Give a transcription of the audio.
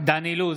דן אילוז,